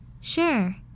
Sure